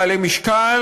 בעלי משקל